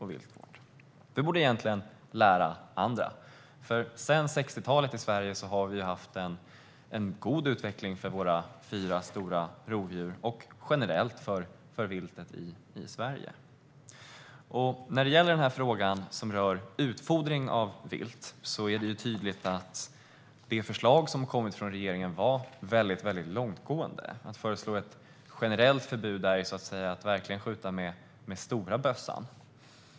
Vi borde lära andra, för sedan 60-talet har vi haft en god utveckling för våra fyra stora rovdjur och för viltet generellt i Sverige. När det gäller frågan om utfodring av vilt var regeringens förslag väldigt långtgående. Att föreslå ett generellt förbud var verkligen att skjuta med stora bössan.